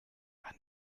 ein